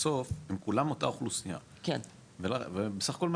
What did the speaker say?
בסוף הם כולם אותה אוכלוסייה ובסך הכול מה